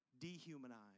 dehumanized